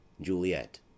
Juliet